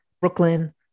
Brooklyn